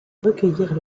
recueillir